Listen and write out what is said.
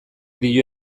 dio